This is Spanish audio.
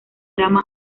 drama